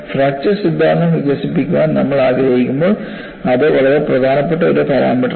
fracture സിദ്ധാന്തം വികസിപ്പിക്കാൻ നമ്മൾ ആഗ്രഹിക്കുമ്പോൾ അത് വളരെ പ്രധാനപ്പെട്ട ഒരു പരാമീറ്ററാണ്